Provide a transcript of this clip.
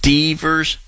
Devers